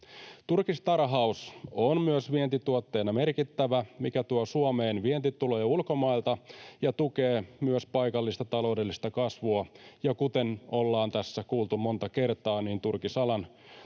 Turkistarhaus on myös vientituotteena merkittävä, mikä tuo Suomeen vientituloja ulkomailta ja tukee myös paikallista taloudellista kasvua, ja kuten ollaan tässä kuultu monta kertaa, niin turkisalan kaupan